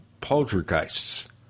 poltergeists